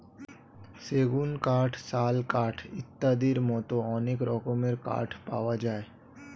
সেগুন কাঠ, শাল কাঠ ইত্যাদির মতো অনেক রকমের কাঠ পাওয়া যায়